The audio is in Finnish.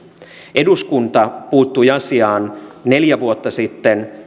eduskunta puuttui asiaan neljä vuotta sitten